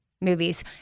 movies